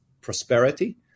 prosperity